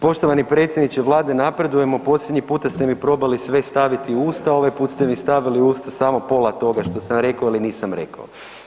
Poštovani predsjedniče Vlade, napredujemo, posljednji puta ste mi probali sve staviti u usta, ovaj puta ste mi stavili u usta samo pola toga što sam rekao ili nisam rekao.